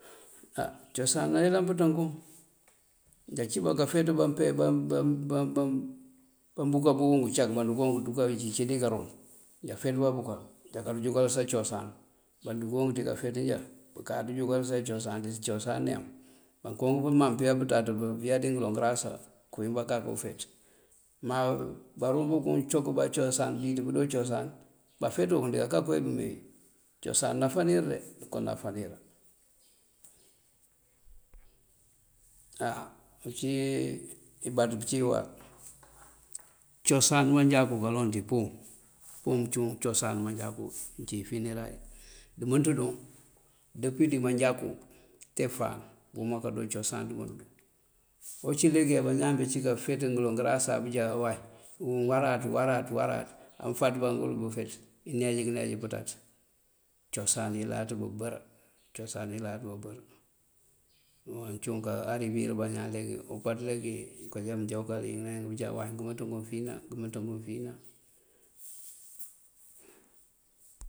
Á cosan ayëlan pëţënkú, njá cíba kafeţ bambúka búkunk ucak bandúkoon ací dí karúm. Njá feţëba bukal nja kadú júkalësa cosan. Ba dúkoon dí kafeţ njá bukáaţa júkalësa cosan, díiţ cosan neem. Mankowuŋ pëman pëyá pëţaţ pëyá dí ngëloŋ ngërasa këwín bakáki ufeţ. Ma barúmbukuŋ cok bá cosan dúuţ pëdo cosan bafeţ bukuŋ dikaka kowí bëmee wí. Cosan anáfánir de, dëko náfánir. Á ucí ibaţú pëcí iwar cosan manjakú kaloŋ dí púum, púum cúun cosan manjakú, uncí wí fineray. Dëmënţ duŋ dëpi dí manjakú te fáan bëwuma kado cosan dëmënţëduŋ. Awu cí pëjá leegi abañaan cí kafeţ ngëloŋ ngërasa abëjá way waráaţ, waráaţ, waráaţ á mënfeţëbá ngul bëfeţ mëneej këneej pëţaţ. Cosan yëláaţ bëbër cosan yëláaţ bëbër. Waŋ cúun ka ariwir bañaan leegi upaţ leegi ajá mënjá búkal bëjá wumënţëwuŋ finá wumënţëwuŋ finá.